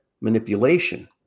manipulation